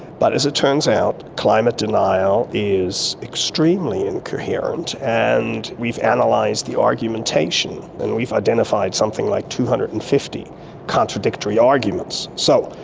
but as it turns out, climate denial is extremely incoherent, and we've analysed and like the argumentation and we've identified something like two hundred and fifty contradictory arguments. so,